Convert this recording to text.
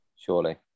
Surely